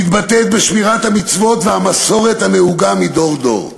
המתבטאת בשמירת המצוות והמסורת הנהוגה מדור דור.